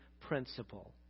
principle